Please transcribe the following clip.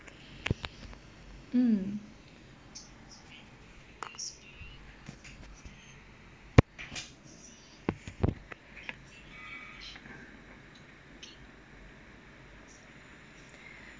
mm